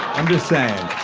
i'm just saying.